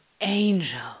angel